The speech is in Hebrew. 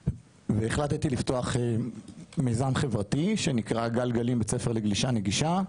והחלטתי לפתוח מיזם חברתי שנקרא "גל גלים" בית ספר לגלישה נגישה,